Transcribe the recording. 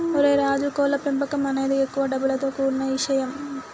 ఓరై రాజు కోళ్ల పెంపకం అనేది ఎక్కువ డబ్బులతో కూడిన ఇషయం